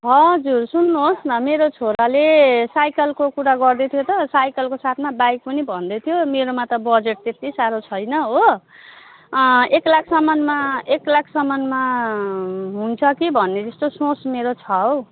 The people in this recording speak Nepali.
हजुर सुन्नुहोस् न मेरो छोराले साइकलको कुरा गर्दै थियो त साइकलको साथमा बाइक पनि भन्दैथ्यो मेरोमा त बजेट त्यत्ति साह्रो छैन हो एक लाखसम्ममा एक लाखसम्ममा हुन्छ कि भन्ने जस्तो सोच मेरो छ हौ